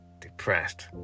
depressed